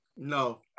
No